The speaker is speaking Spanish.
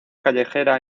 callejera